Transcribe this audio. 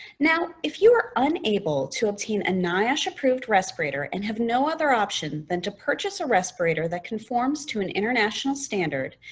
now, if you are unable to obtain a niosh-approved respirator and have no other option than to purchase a respirator that conforms to an international standard,